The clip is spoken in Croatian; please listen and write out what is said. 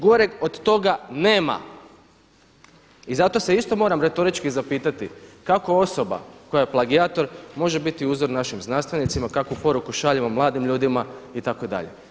Goreg od toga nema i zato se isto moram retorički zapitati, kako osoba koja je plagijator može biti uzor našim znanstvenicima, kakvu poruku šaljemo mladim ljudima itd.